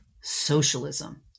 socialism